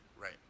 right